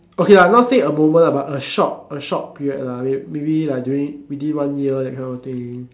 okay lah not say a moment ah but a short a short period lah may maybe like during within one year that kind of thing